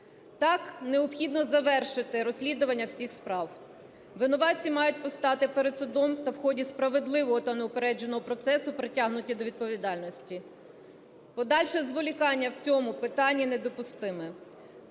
Так, необхідно завершити розслідування всіх справ. Винуватці мають постати перед судом та вході справедливого та неупередженого процесу притягнуті до відповідальності. Подальше зволікання в цьому питанні недопустиме.